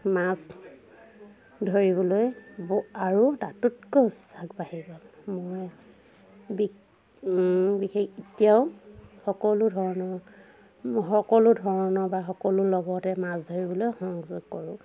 মাছ ধৰিবলৈ বহু আৰু তাতোতকৈ উৎসাহ বাঢ়ি গ'ল মই বিক বিশেষ এতিয়াও সকলো ধৰণৰ সকলো ধৰণৰ বা সকলোৰ লগতে মাছ ধৰিবলৈ সংযোগ কৰোঁ